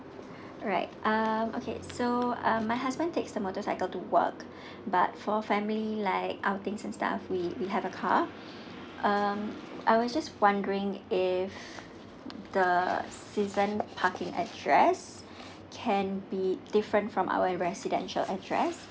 alright um okay so um my husband takes a motorcycle to work but for family like our things and stuff we we have a car um I was just wondering if the season parking address can be different from our residential address